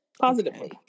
Positively